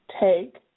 Take